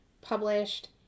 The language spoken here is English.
published